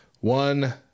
One